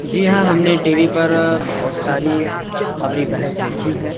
جی ہاں ہم نے ٹی وی پر بہت ساری خبری بحث دیکھی ہے